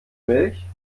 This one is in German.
milch